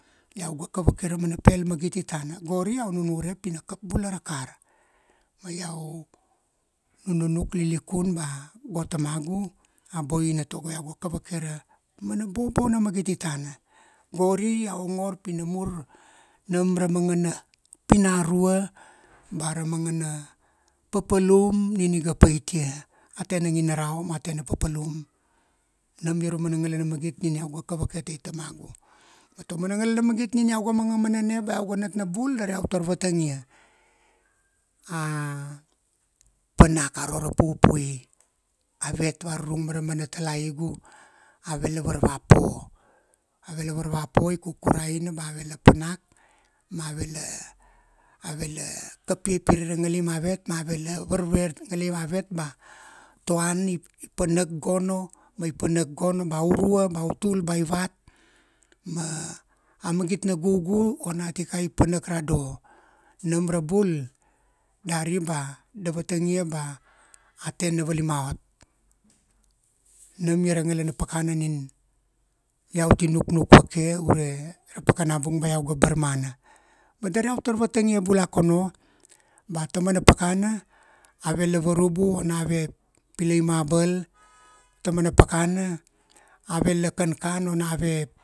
Iau ga kavake ra mana pel magiti tana. Gori iau nunure pi na kap bula ra kar. Ma iau, nununuk lilikun ba, go tamagu a boina togo iau ga kavake ra mana bobona magiti tana. Gori iau ngor pi na mur nam ra mangana pinarua ba ra mangana papalum nin iga paitia, a tena nginarau ma a tena papalum. Nam ia ra umana ngalana magit nina iau ga kavake tai tamagu. Ma taumana ngalana magit nin iau ga mana manane ba iau ga nat na bul dari iau tar vatangia. A panak aro ra pupui, avet varurung ma ramana talaigu ave la varvapo, ave la varvapo i kukuraina ba ave la panak ma ave la, ave la kapia pirei ra ngalai mavet ma ave la varve ra gnalai mavet ba, to an i panak gono ma i panak gono ba urua ba utul ba ivat ma a magit na gugu ona tikai i panak ra do. Nam ra bul dari ba da vatangia ba a tena valimaot. Nam ia ra ngalana pakana nin iau ti nuknuk vake ure ra pakana bung ba iau ga barmana. Ma dar iau tar vatangia bula akono, ba taumana pakana ave la varubu ona ave pilai marble. Taumana pakana ave la kankan ona ave